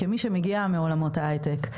כמי שמגיעה מעולמות ההייטק,